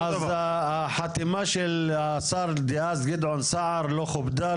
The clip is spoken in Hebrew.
אז החתימה של השר דאז גדעון סער לא כובדה,